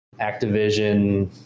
Activision